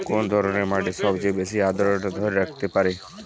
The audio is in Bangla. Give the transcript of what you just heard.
কোন ধরনের মাটি সবচেয়ে বেশি আর্দ্রতা ধরে রাখতে পারে?